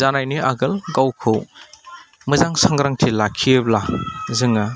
जानायनि आगोल गावखौ मोजां सांग्रांथि लाखियोब्ला जोङो